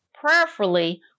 Prayerfully